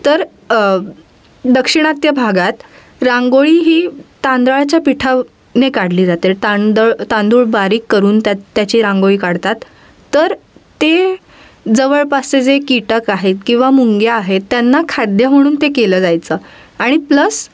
तर दाक्षिणात्य भागात रांगोळी ही तांदळाच्या पिठाने काढली जाते तांदळ तांदूळ बारीक करून त्या त्याची रांगोळी काढतात तर ते जवळपासचे जे कीटक आहेत किंवा मुंग्या आहेत त्यांना खाद्य म्हणून ते केलं जायचं आणि प्लस